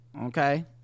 okay